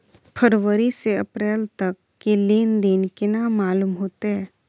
फरवरी से अप्रैल तक के लेन देन केना मालूम होते?